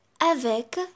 avec